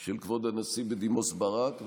של כבוד הנשיא בדימוס ברק,